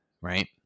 Right